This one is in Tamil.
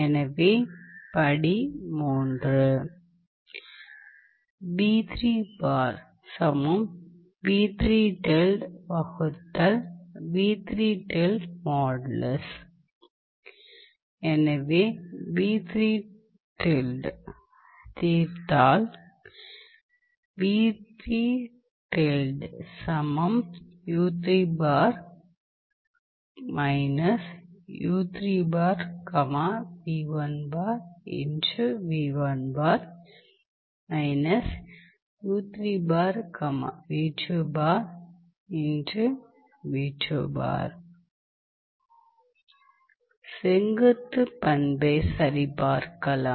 எனவே படி 3 மேலும் தீர்த்தால் செங்குத்து பண்பை சரிபார்க்கலாம்